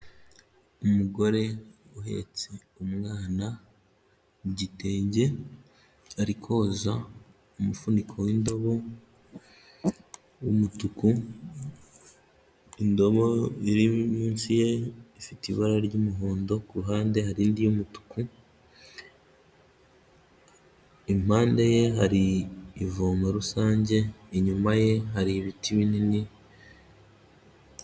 Umugore uhetse umwana mu gitenge ari koza umufuniko w'indobo w'umutuku indobo iri munsi ye ifite ibara ry'umuhondo kuruhande hari indi y'umutuku impande ye hari ivomo rusange inyuma ye hari ibiti binini.